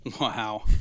wow